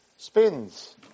Spins